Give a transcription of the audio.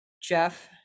jeff